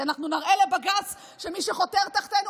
כי נראה לבג"ץ שמי שחותר תחתנו,